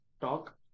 talk